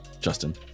Justin